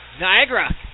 Niagara